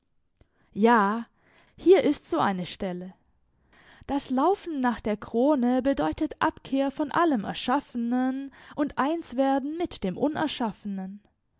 ja hier ist so eine stelle das laufen nach der krone bedeutet abkehr von allem erschaffenen und einswerden mit dem unerschaffenen